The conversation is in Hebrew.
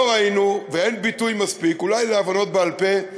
לא ראינו ואין ביטוי מספיק, אולי בהבנות בעל-פה,